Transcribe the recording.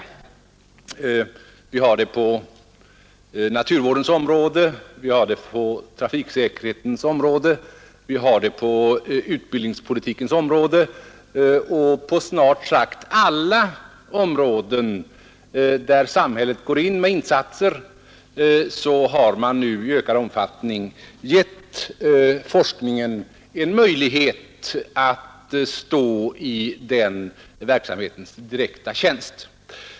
Vi har det på naturvårdens område, vi har det på trafiksäkerhetens område, vi har det på utbildningspolitikens område. På snart sagt alla områden där samhället går in med insatser har vi nu börjat ge forskningen en möjlighet att stå i den verksamhetens direkta tjänst.